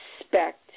expect